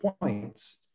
points